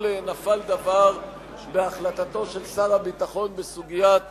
נפל דבר בהחלטתו של שר הביטחון בסוגיית